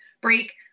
break